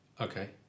Okay